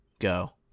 go